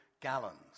gallons